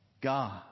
God